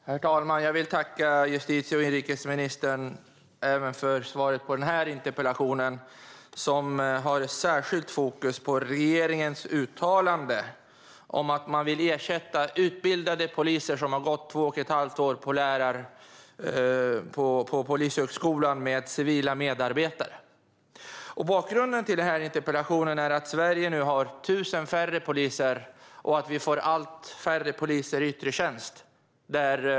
Herr talman! Jag vill tacka justitie och inrikesministern för svaret också på den här interpellationen, som har särskilt fokus på regeringens uttalande om att man vill ersätta utbildade poliser, som har gått två och ett halvt år på Polishögskolan, med civila medarbetare. Bakgrunden till interpellationen är att Sverige nu har 1 000 färre poliser och att vi får allt färre poliser i yttre tjänst.